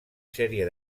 sèrie